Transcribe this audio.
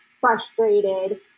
frustrated